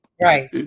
right